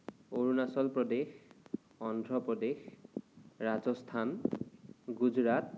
Arunachal Pradesh Andhra Pradesh Rajasthan Gujarat